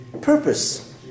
purpose